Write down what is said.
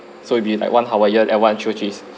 so it'll be like one hawaiian and one trio cheese